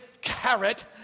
carrot